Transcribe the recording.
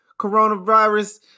coronavirus